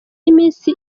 y’iminsi